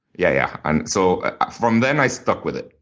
yeah, yeah. and so from then i stuck with it,